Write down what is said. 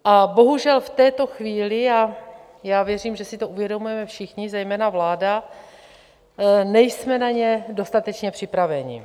A bohužel v této chvíli věřím, že si to uvědomujeme všichni, zejména vláda nejsme na ně dostatečně připraveni.